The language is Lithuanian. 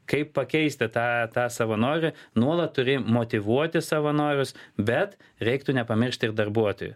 kaip pakeisti tą tą savanorių nuolat turi motyvuoti savanorius bet reiktų nepamiršti ir darbuotojų